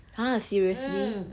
!huh! seriously